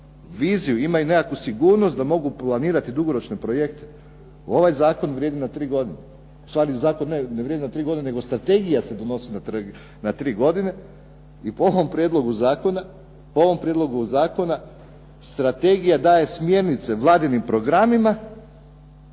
viziju, imaju nekakvu sigurnost da mogu planirati dugoročne projekte, ovaj Zakon vrijedi na tri godine, Zakon ne vrijedi na tri godine nego strategija se podnosi na tri godine i po ovom Prijedlogu zakona Strategija daje smjernice Vladinim programima